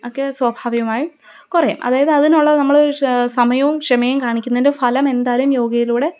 ഒക്കെ സ്വാഭാവികമായും കുറയും അതായത് അതിനുള്ള നമ്മള് സമയവും ക്ഷമയും കാണിക്കുന്നതിൻ്റെ ഫലം എന്തായാലും യോഗയിലൂടെ